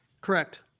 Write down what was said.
Correct